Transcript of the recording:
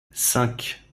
cinq